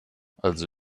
also